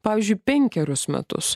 pavyzdžiui penkerius metus